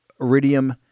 Iridium